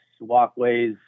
walkways